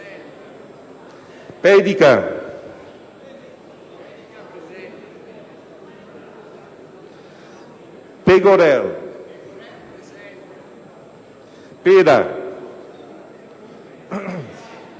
Pedica, Pegorer, Pera,